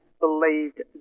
believed